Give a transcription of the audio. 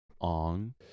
on